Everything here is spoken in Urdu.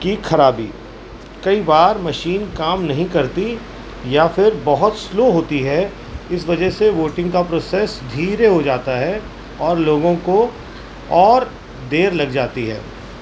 کی خرابی کئی بار مشین کام نہیں کرتی یا پھر بہت سلو ہوتی ہے اس وجہ سے ووٹنگ کا پروسیس دھیرے ہو جاتا ہے اور لوگوں کو اور دیر لگ جاتی ہے